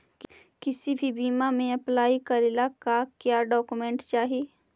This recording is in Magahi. किसी भी बीमा में अप्लाई करे ला का क्या डॉक्यूमेंट चाही?